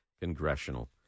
congressional